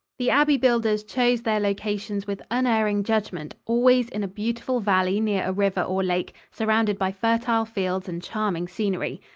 the abbey-builders chose their locations with unerring judgment, always in a beautiful valley near a river or lake, surrounded by fertile fields and charming scenery.